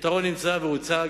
הפתרון נמצא והוצג.